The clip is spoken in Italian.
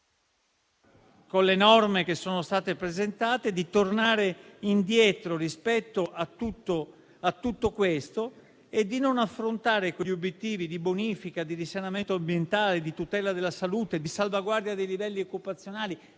con le norme che sono state presentate, c'è il rischio di tornare indietro rispetto a tutto questo e di non affrontare quegli obiettivi di bonifica, di risanamento ambientale, di tutela della salute, di salvaguardia dei livelli occupazionali,